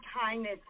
kindness